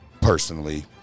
personally